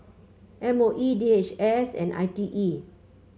M O E D H S and I T E